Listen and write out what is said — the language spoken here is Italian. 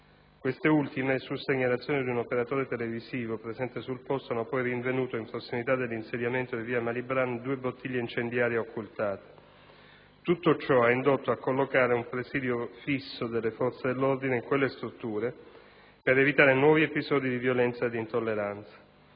Queste ultime, su segnalazione di un operatore televisivo presente sul posto, hanno poi rinvenuto, in prossimità dell'insediamento di via Malibran, due bottiglie incendiarie occultate. Tutto ciò ha indotto a collocare un presidio fisso delle forze dell'ordine in quelle strutture per evitare nuovi episodi di violenza e di intolleranza.